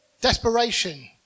desperation